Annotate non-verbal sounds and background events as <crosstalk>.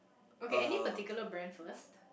okay any particular brand for us <noise>